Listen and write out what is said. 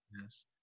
Yes